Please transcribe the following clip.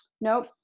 Nope